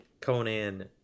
Conan